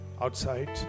outside